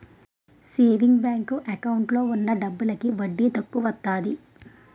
saving bank account లో ఉన్న డబ్బులకి వడ్డీ తక్కువత్తాది